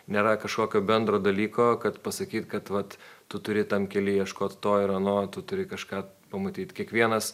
nėra kažkokio bendro dalyko kad pasakyt kad vat tu turi tam kelyje ieškot to ir ano tu turi kažką pamatyt kiekvienas